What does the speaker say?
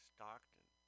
Stockton